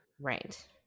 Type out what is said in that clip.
Right